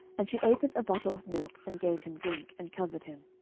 and she opened a bottle of milk, and gave him drink, and covered him.